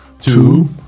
two